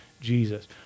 Jesus